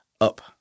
up